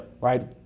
right